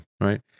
right